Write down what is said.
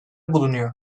bulunuyor